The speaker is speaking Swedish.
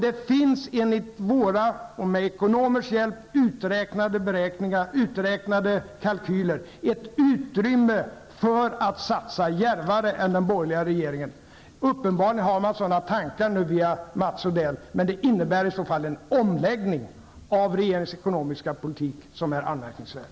Det finns enligt våra, med ekonomers hjälp, gjorda kalkyler ett utrymme för att satsa djärvare än den borgerliga regeringen gör. Uppenbarligen har man sådana tankar nu, som framförs via Mats Odell. Men det innebär i så fall en omläggning av regeringens ekonomiska politik som är anmärkningsvärd.